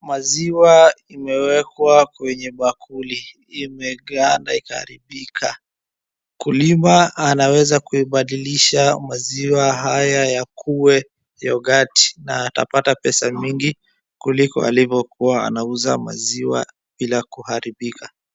Maziwa imewekwa kwenye bakuli. Imeganda ikaharibika, mkulima anaweza kuibadilisha maziwa haya yakuwe yogati na atapata pesa mingi kuliko alivokuwa anauza maziwa bila kuharibika.